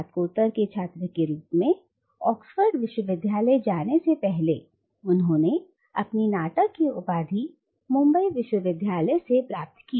स्नातकोत्तर के छात्र के रूप में ऑक्सफोर्ड विश्वविद्यालय जाने से पहले उन्होंने अपनी नाटक की उपाधि मुंबई विश्वविद्यालय से प्राप्त की